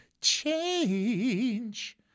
change